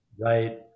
Right